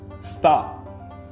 Stop